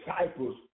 disciples